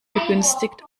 begünstigt